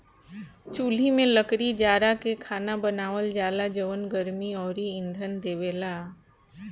चुल्हि में लकड़ी जारा के खाना बनावल जाला जवन गर्मी अउरी इंधन देवेला